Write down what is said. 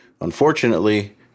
unfortunately